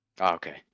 Okay